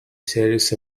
series